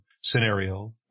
scenario